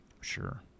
Sure